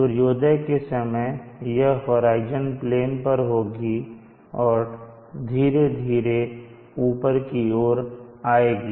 सूर्योदय के समय यह होराइजन प्लेन पर होगी और धीरे धीरे ऊपर की ओर आएगी